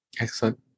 Excellent